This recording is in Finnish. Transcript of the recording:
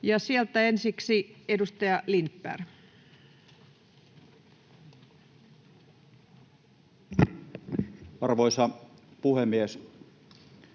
sieltä ensiksi edustaja Lindberg. [Speech